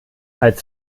als